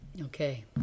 Okay